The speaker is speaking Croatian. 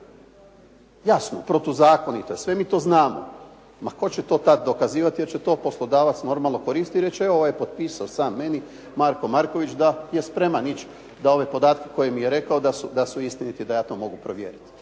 Jasno, protuzakonito je. Sve mi to znamo. Ma tko će to tad dokazivati jer će to poslodavac normalno koristiti, i reći evo ovaj je potpisao sam meni Marko Marković da je spreman ići da ove podatke koje mi je rekao da su istiniti da ja to mogu provjeriti